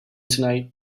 tonight